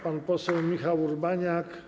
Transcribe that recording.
Pan poseł Michał Urbaniak,